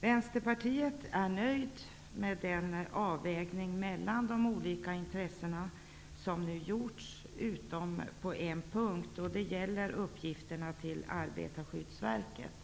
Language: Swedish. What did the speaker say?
Vänsterpartiet är nöjt med den avvägning mellan olika intressen som nu gjorts, utom på en punkt och det gäller uppgifterna till Arbetarskyddsverket.